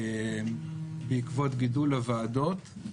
בעקבות גידול הוועדות.